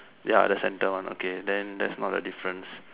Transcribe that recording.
ya the centre one okay then that's not a difference